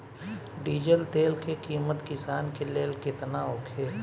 Diesel तेल के किमत किसान के लेल केतना होखे?